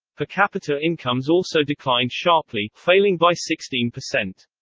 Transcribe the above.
per capita incomes also declined sharply, failing by sixteen percent.